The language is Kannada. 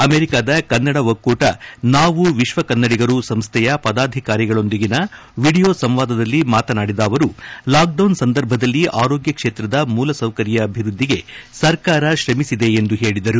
ಅಮೆರಿಕಾದ ಕನ್ನಡ ಒಕ್ಕೂಟ ನಾವು ವಿಶ್ವ ಕನ್ನಡಿಗರು ಸಂಸ್ತೆಯ ಪದಾಧಿಕಾರಿಗಳೊಂದಿಗಿನ ವಿಡಿಯೋ ಸಂವಾದದಲ್ಲಿ ಮಾತನಾಡಿದ ಅವರು ಲಾಕ್ಡೌನ್ ಸಂದರ್ಭದಲ್ಲಿ ಆರೋಗ್ಯ ಕ್ಷೇತ್ರದ ಮೂಲಸೌಕರ್ಯ ಅಭಿವೃದ್ಧಿಗೆ ಸರ್ಕಾರ ಶ್ರಮಿಸಿದೆ ಎಂದು ಹೇಳಿದರು